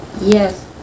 Yes